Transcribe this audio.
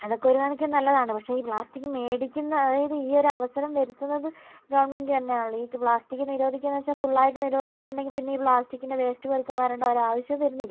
അതൊക്കെ ഒരു കണക്കിന് നല്ലതാണ് പക്ഷേ ഈ പ്ലാസ്റ്റിക് മേടിക്കുന്ന അതായത് ഈ ഒരു അവസരം വരുത്തുന്നത് ഗവൺമെൻറ്റ് തന്നെയാണല്ലോ ഈ പ്ലാസ്റ്റിക് നിരോധിക്കാന്ന് വെച്ചാൽ ഫുള്ളായിട്ട് നിരോധിച്ചിട്ടുണ്ടെങ്കിൽ പിന്നെ ഈ പ്ലാസ്റ്റിക്കിൻ്റെ വേസ്റ്റ് പെറുക്കാൻ വരേണ്ട ഒരാവശ്യവും വരുന്നില്ല